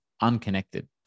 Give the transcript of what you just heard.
unconnected